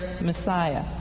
Messiah